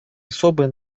особая